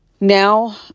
Now